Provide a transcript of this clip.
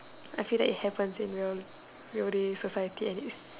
I feel that it happens in real real days society and is